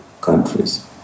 countries